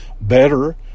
better